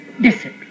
discipline